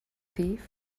thief